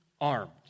armed